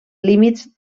límits